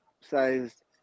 sized